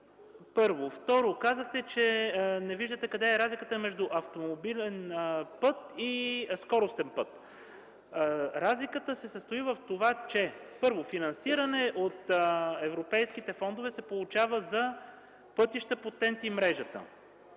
първо. Второ, казахте, че не виждате къде е разликата между автомобилен път и скоростен път. Разликата се състои в това, че финансиране от европейските фондове се получава за пътища по TNT-мрежата.